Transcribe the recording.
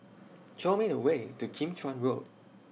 Show Me The Way to Kim Chuan Road